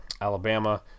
alabama